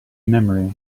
memory